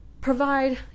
provide